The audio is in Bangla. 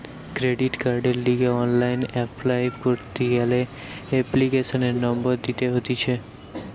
ক্রেডিট কার্ডের লিগে অনলাইন অ্যাপ্লাই করতি গ্যালে এপ্লিকেশনের নম্বর দিতে হতিছে